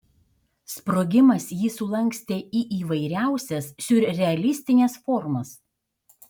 sprogimas jį sulankstė į įvairiausias siurrealistines formas